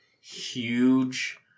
huge